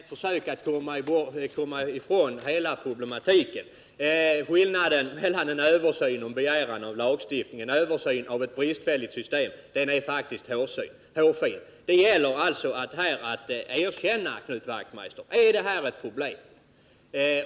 Herr talman! Jag tycker att detta är ett försök att komma ifrån hela problematiken. Skillnaden mellan en begäran om lagstiftning och en beställning av översyn av ett bristfälligt system är faktiskt hårfin. Vad det gäller, Knut Wachtmeister, är att erkänna att det här är ett problem.